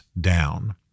down